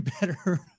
better